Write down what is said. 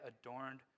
adorned